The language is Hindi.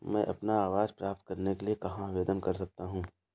मैं अपना आवास प्राप्त करने के लिए कहाँ आवेदन कर सकता हूँ?